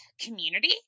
community